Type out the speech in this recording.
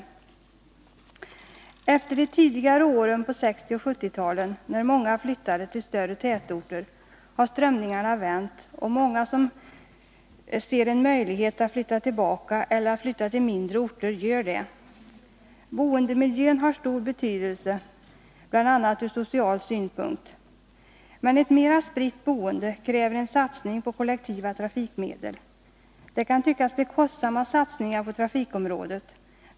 Jämfört med tidigare år, på 1960 och 1970-talen, när många flyttade till större tätorter, har strömningarna nu vänt, och många som ser en möjlighet att flytta tillbaka eller att flytta till mindre orter gör det. Boendemiljön har stor betydelse bl.a. ur social synpunkt. Men ett mera spritt boende kräver en satsning på kollektiva trafikmedel. Det kan tyckas bli kostsamma satsningar på trafikområdet.